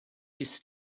his